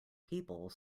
people